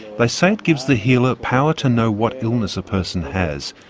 they say it gives the healer power to know what illness a person has,